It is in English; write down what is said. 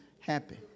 happy